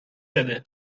بده